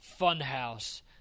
Funhouse